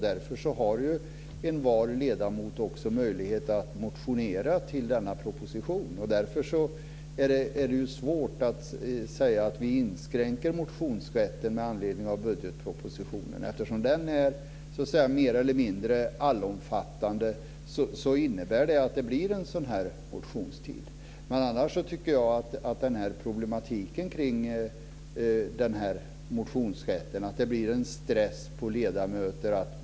Därför har envar ledamot möjlighet att motionera med anledning av denna proposition. Därför är det svårt att inskränka motionsrätten med anledning av budgetpropositionen. Den är mer eller mindre allomfattande, och det innebär att det blir en motionstid. Det finns en problematik kring motionsrätten. Det blir en stress för ledamöterna.